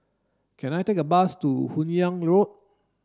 can I take a bus to Hun Yeang Road